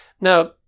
Now